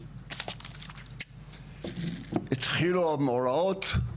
התחילו המאורעות,